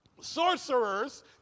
sorcerers